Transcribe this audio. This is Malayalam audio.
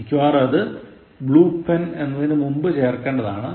മിക്കവാറും അത് blue pen എന്നതിനു മുന്പ് ചേർക്കേണ്ടതാണ്